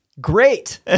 Great